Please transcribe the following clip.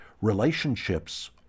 relationships